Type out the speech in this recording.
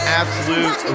absolute